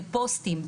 כפוסטים,